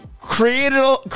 Created